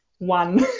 one